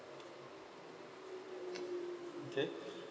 okay